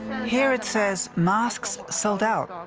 here it says masks sold out.